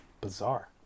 bizarre